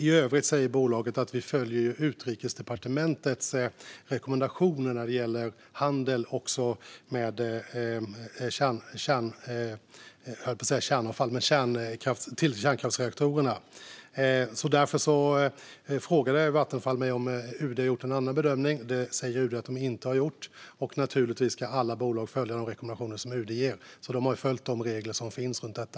I övrigt sa bolaget att de följer Utrikesdepartementets rekommendationer när det gäller handel med bränsle till kärnkraftsreaktorerna. Därför frågade Vattenfall mig om UD har gjort en annan bedömning, och det säger UD att de inte har gjort. Naturligtvis ska alla bolag följa de rekommendationer som UD ger. De har alltså följt de regler som finns runt detta.